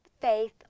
faith